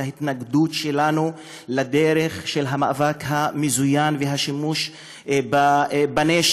את ההתנגדות שלנו לדרך של המאבק המזוין והשימוש בנשק,